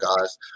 guys